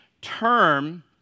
term